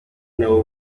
nabo